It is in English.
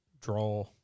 draw